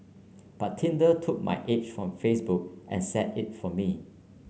but Tinder took my age from Facebook and set it for me